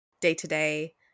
day-to-day